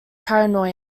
paranoia